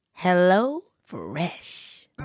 HelloFresh